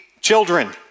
children